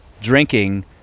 drinking